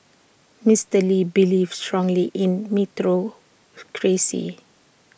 Mister lee believed strongly in meritocracy